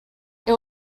will